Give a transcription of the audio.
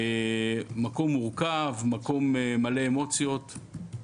מקום מלא אמוציות.